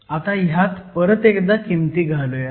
आता ह्यात परत एकदा किमती घालूयात